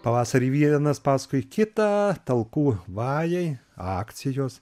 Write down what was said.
pavasarį vienas paskui kitą talkų vajai akcijos